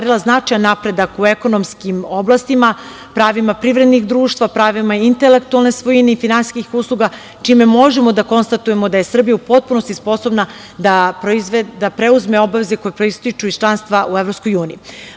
EU i ostvarila značajan napredak u ekonomskim oblastima, pravima privrednih društva, pravima intelektualne svojine i finansijskih usluga, čime možemo da konstatujemo da je Srbija u potpunosti sposobna da preuzme obaveze koje proističu iz članstva u EU.Ono što